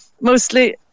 mostly